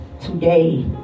today